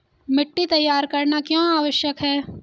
मिट्टी तैयार करना क्यों आवश्यक है?